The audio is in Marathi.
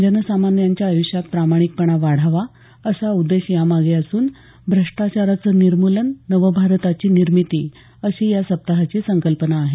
जनसामान्यांच्या आयुष्यात प्रामाणिकपणा वाढावा असा उद्देश यामागे असून भ्रष्टाचाराचं निर्मूलन नवभारताची निर्मिती अशी या सप्ताहाची संकल्पना आहे